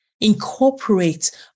incorporate